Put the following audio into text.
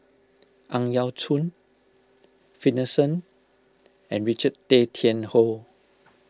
Ang Yau Choon Finlayson and Richard Tay Tian Hoe